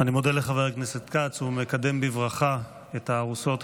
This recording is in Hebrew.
אני מודה לחבר הכנסת כץ ומקדם בברכה את הארוסות,